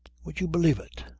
would you believe it?